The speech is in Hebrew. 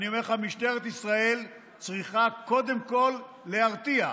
אני אומר לך, משטרת ישראל צריכה קודם כול להרתיע,